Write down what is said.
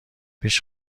پیش